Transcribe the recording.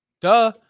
Duh